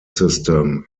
system